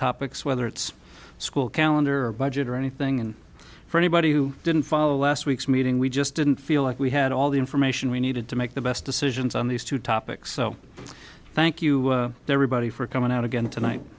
topics whether it's a school calendar a budget or anything and for anybody who didn't follow last week's meeting we just didn't feel like we had all the information we needed to make the best decisions on these two topics so thank you there were body for coming out again tonight